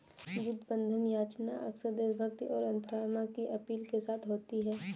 युद्ध बंधन याचना अक्सर देशभक्ति और अंतरात्मा की अपील के साथ होती है